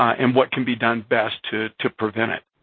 and what can be done best to to prevent it.